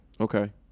Okay